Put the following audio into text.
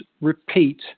repeat